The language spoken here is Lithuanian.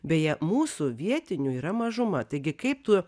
beje mūsų vietinių yra mažuma taigi kaip tų